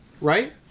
right